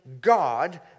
God